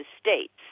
states